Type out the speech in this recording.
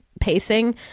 pacing